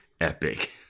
epic